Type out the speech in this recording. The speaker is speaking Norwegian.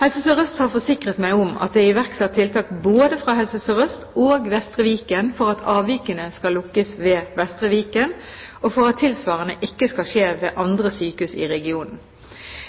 Helse Sør-Øst har forsikret meg om at det er iverksatt tiltak både fra Helse Sør-Øst og Vestre Viken for at avvikene skal lukkes ved Vestre Viken, og for at tilsvarende ikke skal skje ved andre sykehus i regionen.